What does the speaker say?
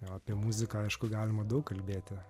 apie muziką aišku galima daug kalbėti